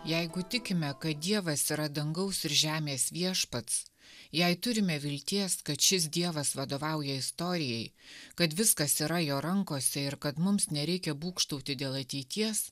jeigu tikime kad dievas yra dangaus ir žemės viešpats jei turime vilties kad šis dievas vadovauja istorijai kad viskas yra jo rankose ir kad mums nereikia būgštauti dėl ateities